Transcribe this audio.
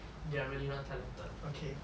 they're really not talented okay